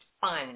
Fun